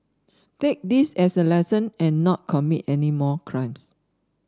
take this as a lesson and not commit any more crimes